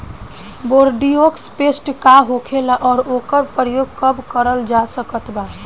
Bordeaux paste का होखेला और ओकर प्रयोग कब करल जा सकत बा?